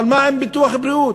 אבל מה עם ביטוח בריאות?